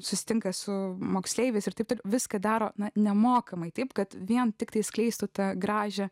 susitinka su moksleiviais ir taip tik viską daro na nemokamai taip kad vien tiktai skleistų tą gražią